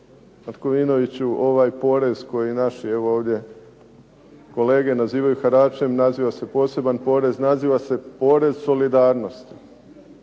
Markovinoviću ovaj porez koji naši evo ovdje nazivaju haračem, naziva se poseban porez, naziva se porez solidarnosti.